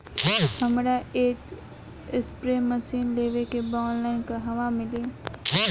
हमरा एक spray machine लेवे के बा ऑनलाइन कहवा मिली?